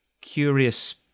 curious